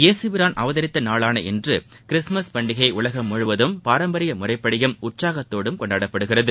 இயேசுபிரான் அவதரித்த நாளான இன்று கிறிஸ்துமஸ் பண்டிகை உலகம் முழுவதும் பாரம்பரிய முறைப்படியும் உற்சாகத்தோடும் கொண்டாடப்படுகிறது